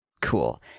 cool